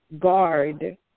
guard